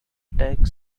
attack